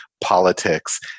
politics